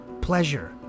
pleasure